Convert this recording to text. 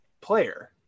player